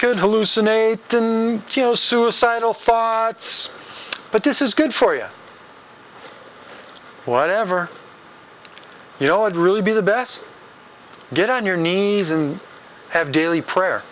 could hallucinate can kill suicidal thoughts but this is good for you or whatever you know it really be the best get on your knees and have daily prayer